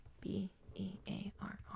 B-E-A-R-R